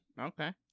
Okay